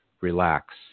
Relax